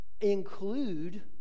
include